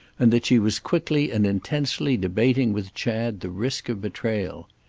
and that she was quickly and intensely debating with chad the risk of betrayal.